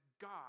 God